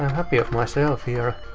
happy of myself here.